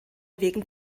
wegen